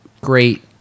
great